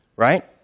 right